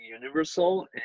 universal